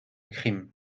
crime